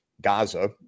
Gaza